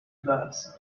box